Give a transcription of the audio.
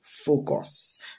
focus